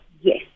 Yes